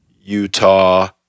Utah